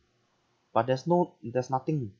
but there's no there's nothing